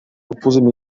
пусӑмӗ